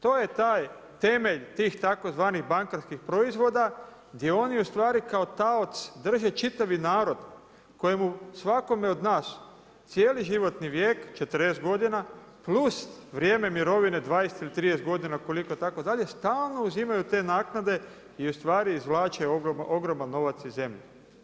To je taj temelj tih tzv. bankarskih proizvoda gdje oni u stvari kao taoc drže čitavi narod kojemu svakome od nas cijeli životni vijek 40 godina plus vrijeme mirovine 20 ili 30 godina itd. stalno uzimaju te naknade i u stvari izvlače ogroman novac iz zemlje.